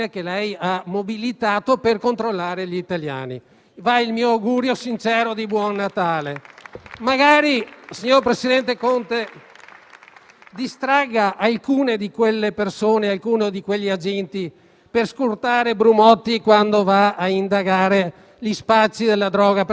Conte, distragga qualcuno di quegli agenti per scortare Brumotti quando va a indagare sugli spacci della droga, perché se ne va sempre da solo e le assicuro che in questo Paese di spacciatori di droga ne abbiamo tantissimi. Qualcuno lo mandi pure là.